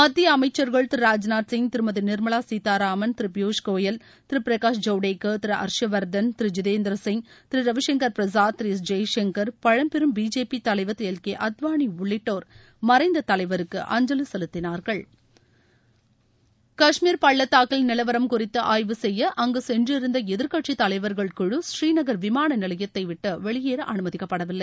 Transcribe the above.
மத்திய அமைச்சர்கள் திரு ராஜ்நாத் சிங் திருமதி நிர்மலா சீதாராமன் திரு பியூஷ் கோயல் திரு பிரகாஷ் ஜவ்டேகர் திரு ஹர்ஷ்வர்தன் திரு ஜிதேந்திர சிங் திரு ரவிசங்கர் பிரசாத் திரு எஸ் ஜெய்சங்கர் பழம்பெரும் பிஜேபி தலைவர் திரு எல் கே அத்வாளி உள்ளிட்டோர் மறைந்த தலைவருக்கு அஞ்சலி செலுத்தினார்கள் காஷ்மீர் பள்ளத்தாக்கில் நிலவரம் சென்றிருந்த எதிர்க்கட்சித்தலைவர்கள் குழு ஸ்ரீநகர் விமான நிலையத்தை விட்டு வெளியேற அனுமதிக்கப்படவில்லை